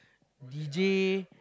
D_J